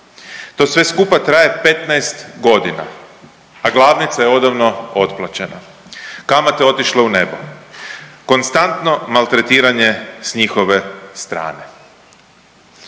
to sve skupa traje 15.g., a glavnica je odavno otplaćena, kamate otišle u nebo, konstantno maltretiranje s njihove strane.